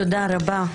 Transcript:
תודה רבה,